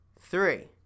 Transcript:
three